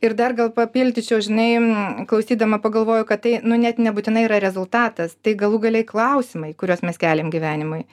ir dar gal papildyčiau žinai klausydama pagalvojau kad tai nu net nebūtinai yra rezultatas tai galų gale į klausimai kuriuos mes keliam gyvenimui